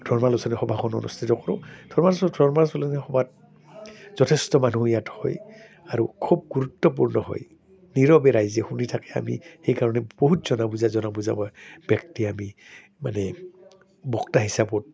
ধৰ্মালোচনী সভাসখন অনুষ্ঠিত কৰোঁ ধৰ্মালোচনী ধৰ্মালোচনী সভাত যথেষ্ট মানুহ ইয়াত হয় আৰু খুব গুৰুত্বপূৰ্ণ হয় নিৰৱে ৰাইজে শুনি থাকে আমি সেইকাৰণে বহুত জনা বুজা জনা বুজা ব্যক্তি আমি মানে বক্তা হিচাপত